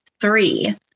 three